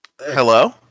Hello